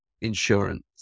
insurance